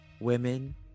women